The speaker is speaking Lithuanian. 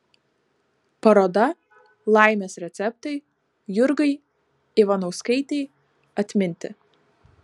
paroda laimės receptai jurgai ivanauskaitei atminti